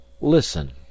listen